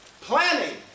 Planning